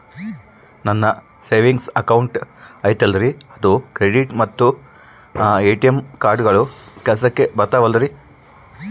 ನನ್ನ savings account ಐತಲ್ರೇ ಅದು ಕ್ರೆಡಿಟ್ ಮತ್ತ ಎ.ಟಿ.ಎಂ ಕಾರ್ಡುಗಳು ಕೆಲಸಕ್ಕೆ ಬರುತ್ತಾವಲ್ರಿ?